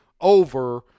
over